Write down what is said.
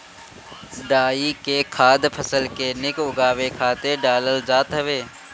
डाई के खाद फसल के निक उगावे खातिर डालल जात हवे